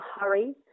hurry